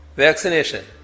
vaccination